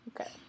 okay